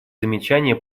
замечания